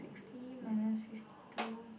fifty minus fifty two